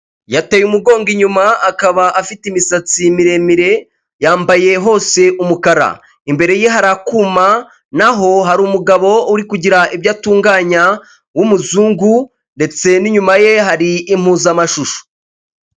Yateye umugongo inyuma akaba afite imisatsi miremire yambaye hose umukara imbere ye hari akuma, naho hari umugabo uri kugira ibyo atunganya w'umuzungu ndetse n'inyuma ye hari impuza mashusho.